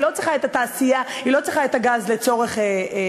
היא לא צריכה את הגז לצורך הפריון,